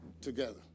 together